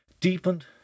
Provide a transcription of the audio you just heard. deepened